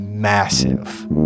massive